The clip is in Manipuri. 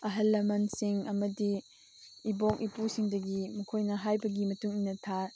ꯑꯍꯜ ꯂꯃꯟꯁꯤꯡ ꯑꯃꯗꯤ ꯏꯕꯣꯛ ꯏꯄꯨꯁꯤꯡꯗꯒꯤ ꯃꯈꯣꯏꯅ ꯍꯥꯏꯕꯒꯤ ꯃꯇꯨꯡ ꯏꯟꯅ ꯊꯥ